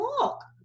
walk